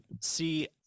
see